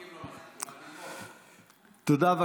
מסכים, לא מסכים, תודה.